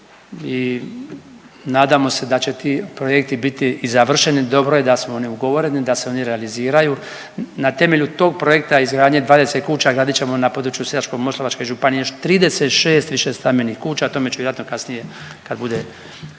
i nadamo se da će ti projekti biti i završeni, dobro je da su oni ugovoreni, da se oni realiziraju. Na temelju tog projekta izgradnje 20 kuća, gradit ćemo na području Sisačko-moslavačke županije još 36 višestambenih kuća, o tome ću vjerojatno kasnije kad bude,